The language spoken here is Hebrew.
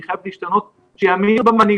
והיא חייבת להשתנות בגלל האמון במנהיגות,